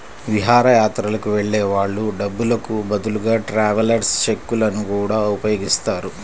విహారయాత్రలకు వెళ్ళే వాళ్ళు డబ్బులకు బదులుగా ట్రావెలర్స్ చెక్కులను గూడా ఉపయోగిస్తారు